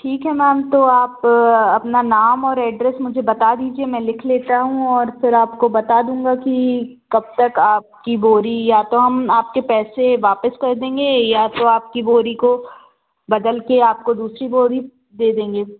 ठीक है मैम तो आप अपना नाम और एड्रेस मुझे बता दीजिए मैं लिख लेता हूँ और फिर आपको बता दूँगा कि कब तक आपकी बोरी या तो हम आपके पैसे वापस कर देंगे या तो आपकी बोरी को बदल के आपको दूसरी बोरी दे देंगे